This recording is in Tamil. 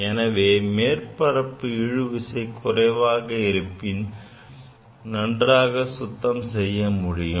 எனவே மேற்பரப்பு இழுவிசை குறைவாக இருப்பின் நன்றாக சுத்தம் செய்ய முடியும்